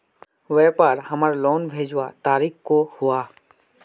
व्यापार हमार लोन भेजुआ तारीख को हुआ?